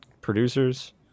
producers